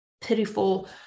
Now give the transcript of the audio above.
pitiful